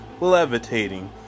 levitating